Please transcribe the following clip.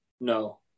No